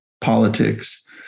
politics